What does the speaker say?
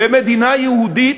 כמדינה יהודית,